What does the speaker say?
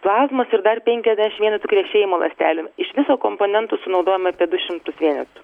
plazmos ir dar penkiasdešim vienetų krešėjimo ląstelių iš viso komponentų sunaudojam apie du šimtus vienetų